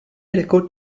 rekord